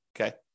okay